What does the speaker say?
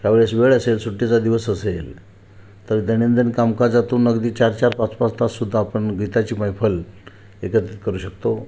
ज्या वेळेस वेळ असेल सुट्टीचा दिवस असेल तर दैनंदिन कामकाजातून अगदी चारचार पाचपाच ताससुद्धा आपण गीताची मैफल येच्यात करू शकतो